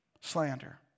slander